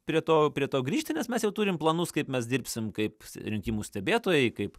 prie to prie to grįžti nes mes jau turim planus kaip mes dirbsim kaip rinkimų stebėtojai kaip